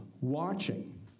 watching